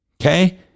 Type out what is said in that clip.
Okay